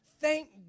Thank